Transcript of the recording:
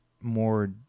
more